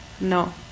No